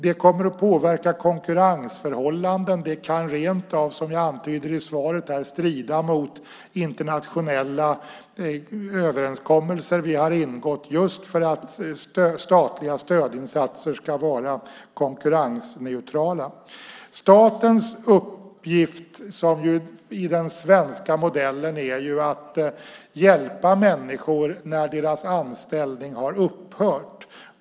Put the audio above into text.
Det skulle påverka konkurrensförhållanden, och det kan rent av, som jag antyder i svaret, strida mot internationella överenskommelser som vi har ingått om att statliga stödinsatser ska vara konkurrensneutrala. Statens uppgift enligt den svenska modellen är att hjälpa människor när deras anställning har upphört.